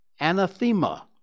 Anathema